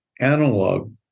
analog